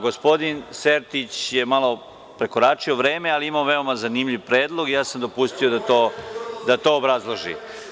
Gospodin Sertić je malo prekoračio vreme, ali je imao veoma zanimljiv predlog i ja sam ga pustio da to obrazloži.